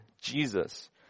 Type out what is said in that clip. Jesus